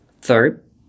Third